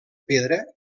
pedra